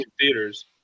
Theaters